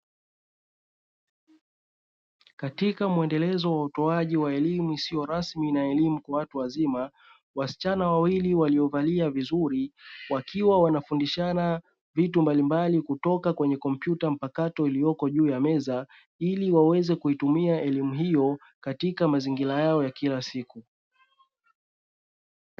Katika muendelezo wa utoaji wa elimu isio rasmi na elimu ya watu wazima, wasichana wawili waliovalia vizuri wakiwa wanafundishana vitu mbalimbali kutoka kwenye kompyuta iliyopo juu ya meza ili waweze kutumia elimu hiyo katika mazingira yao ya kila siku.